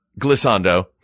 Glissando